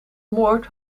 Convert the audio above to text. moord